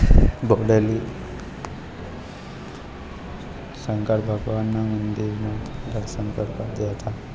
બગડેલ્હી શંકર ભગવાનના મંદિરમાં દર્શન કરવા બેઠા